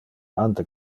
ante